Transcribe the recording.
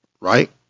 right